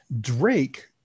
Drake